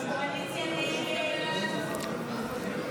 הסתייגות 169 לחלופין